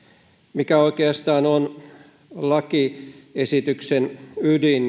mikä oikeastaan on lakiesityksen ydin